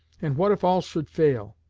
and what if all should fail?